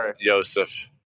Joseph